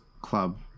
Club